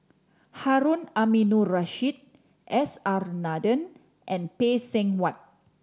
Harun Aminurrashid S R Nathan and Phay Seng Whatt